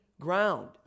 ground